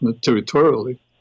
territorially